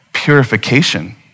purification